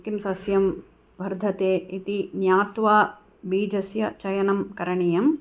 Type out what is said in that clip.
किं सस्यं वर्धते इति ज्ञात्वा बीजस्य चयनं करणीयम्